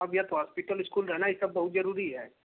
हाँ भैया तो हॉस्पिटल इस्कूल रहना यह सब बहुत ज़रूरी है